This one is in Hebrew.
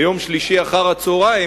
ביום שלישי אחר-הצהריים,